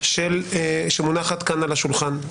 שמונחת כאן על השולחן,